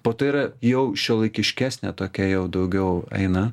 po to yra jau šiuolaikiškesnė tokia jau daugiau eina